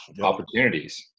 opportunities